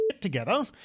together